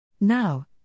Now